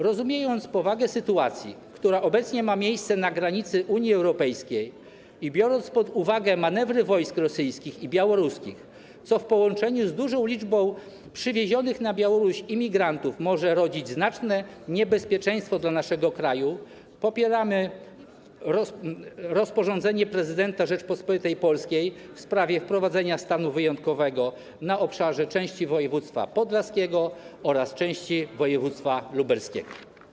Rozumiejąc powagę sytuacji, która obecnie ma miejsce na granicy Unii Europejskiej, biorąc pod uwagę manewry wojsk rosyjskich i białoruskich, co w połączeniu z dużą liczbą przywiezionych na Białoruś imigrantów może rodzić znaczne niebezpieczeństwo dla naszego kraju, popieramy rozporządzenie prezydenta Rzeczypospolitej Polskiej w sprawie wprowadzenia stanu wyjątkowego na części obszaru województwa podlaskiego oraz województwa lubelskiego.